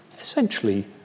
essentially